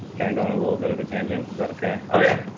kind of going a little bit of tangent. is that okay? oh yeah.